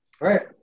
right